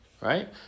right